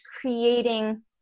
creating